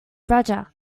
roger